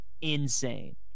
insane